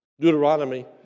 Deuteronomy